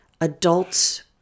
Adults